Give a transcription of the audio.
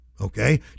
okay